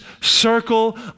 circle